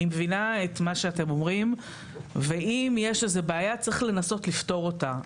אני מבינה את מה שאתם אומרים ואם יש איזה בעיה צריך לנסות לפתור אותה.